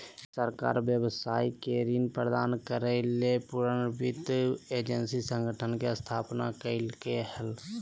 सरकार व्यवसाय के ऋण प्रदान करय ले पुनर्वित्त एजेंसी संगठन के स्थापना कइलके हल